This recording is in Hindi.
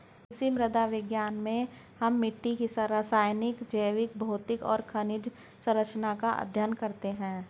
कृषि मृदा विज्ञान में हम मिट्टी की रासायनिक, जैविक, भौतिक और खनिज सरंचना का अध्ययन करते हैं